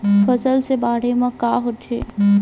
फसल से बाढ़े म का होथे?